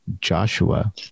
Joshua